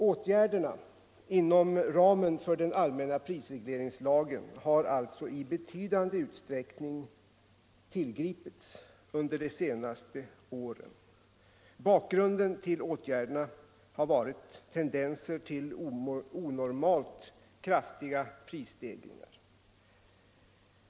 Åtgärder inom ramen för den allmänna prisregleringslagen har alltså i betydande utsträckning tillgripits under de senaste åren. Bakgrunden till åtgärderna har varit tendenser till onormalt kraftiga prisstegringar.